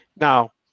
Now